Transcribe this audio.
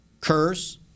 Curse